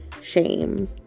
shame